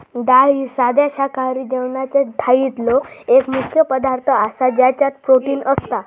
डाळ ही साध्या शाकाहारी जेवणाच्या थाळीतलो एक मुख्य पदार्थ आसा ज्याच्यात प्रोटीन असता